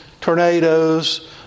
tornadoes